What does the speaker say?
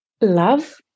love